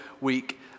week